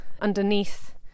underneath